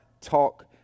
talk